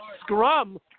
scrum